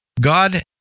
God